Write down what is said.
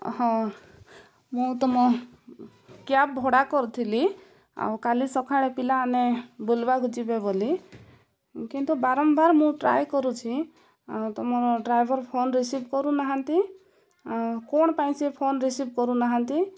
ହଁ ମୁଁ ତୁମ କ୍ୟାବ୍ ଭଡ଼ା କରିୁଥିଲି ଆଉ କାଲି ସକାଳେ ପିଲାମାନେ ବୁଲିବାକୁ ଯିବେ ବୋଲି କିନ୍ତୁ ବାରମ୍ବାର ମୁଁ ଟ୍ରାଏ କରୁଛି ଆଉ ତୁମର ଡ୍ରାଇଭର ଫୋନ୍ ରିସିଭ୍ କରୁନାହାନ୍ତି ଆଉ କ'ଣ ପାଇଁ ସେ ଫୋନ୍ ରିସିଭ୍ କରୁନାହାନ୍ତି